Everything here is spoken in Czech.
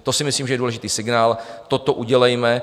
To si myslím, že je důležitý signál, toto udělejme.